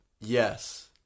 Yes